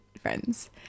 friends